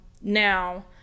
Now